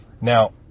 Now